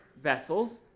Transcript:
vessels